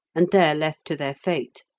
and there left to their fate.